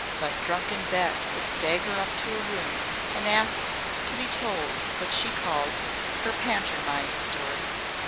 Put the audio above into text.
but drunken bet would stagger up to her room and ask to be told what she called her pantermine stories.